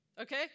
Okay